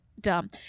dumb